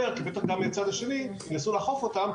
כי בטח גם מהצד השני ינסו לאכוף אותן,